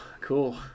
cool